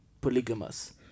polygamous